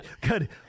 good